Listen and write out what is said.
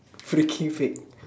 freaking fake